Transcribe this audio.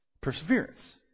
Perseverance